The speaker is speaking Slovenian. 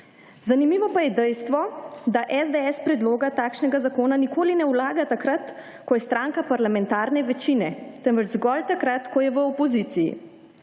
Zanimivo pa je dejstvo, da SDS predloga takšnega zakona nikoli ne vlaga takrat ko je stranka parlamentarne večine, temveč zgolj takrat, ko je v opoziciji.